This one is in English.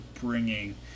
bringing